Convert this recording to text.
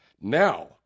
Now